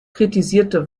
kritisierte